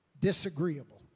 disagreeable